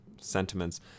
Sentiments